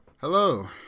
Hello